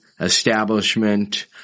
establishment